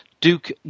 Duke